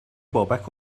بابک